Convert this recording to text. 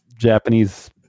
Japanese